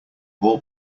all